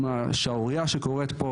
עם השערורייה שקורית פה